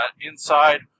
inside